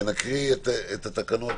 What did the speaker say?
תקנות